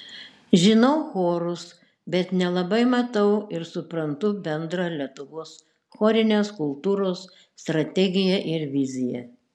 žinau chorus bet nelabai matau ir suprantu bendrą lietuvos chorinės kultūros strategiją ir viziją